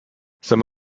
some